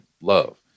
love